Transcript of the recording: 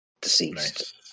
deceased